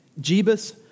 Jebus